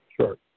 Sure